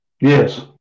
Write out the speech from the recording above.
Yes